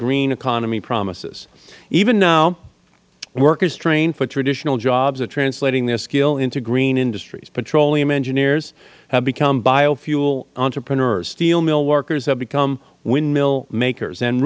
green economy promises even now workers trained for traditional jobs are translating their skill into green industries petroleum engineers have become biofuel entrepreneurs steel mill workers have become windmill makers and